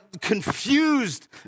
confused